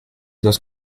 dos